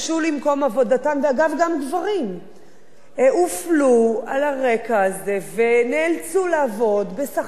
ואגב גם גברים הופלו על הרקע הזה ונאלצו לעבוד בשכר נמוך יותר,